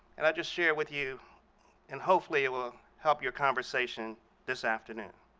and i'll just share it with you and hopefully it will help your conversation this afternoon.